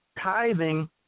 tithing